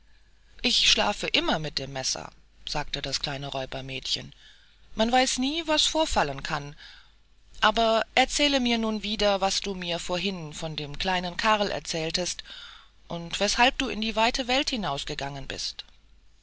ich schlafe immer mit dem messer sagte das kleine räubermädchen man weiß nie was vorfallen kann aber erzähle mir nun wieder was du mir vorhin von dem kleinen karl erzähltest und weshalb du in die weite welt hinausgegangen bist